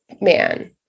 man